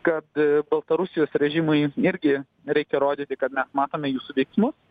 kad baltarusijos režimui irgi reikia rodyti kad mes matome jūsų veiksmus